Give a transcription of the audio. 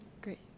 Great